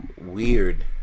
weird